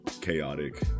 chaotic